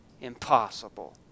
Impossible